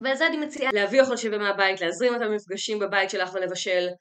ועל זה אני מציעה להביא אוכל שווה מהבית, להזמין אותם למפגשים בבית שלך ולבשל.